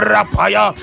Rapaya